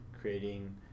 creating